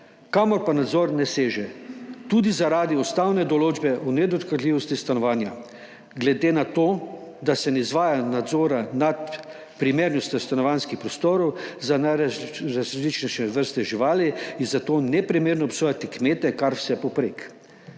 kamor pa nadzor ne seže, tudi zaradi ustavne določbe o nedotakljivosti stanovanja. Glede na to, da se ne izvaja nadzora nad primernostjo stanovanjskih prostorov za najrazličnejše vrste živali, je zato neprimerno obsojati kmete kar vsepovprek.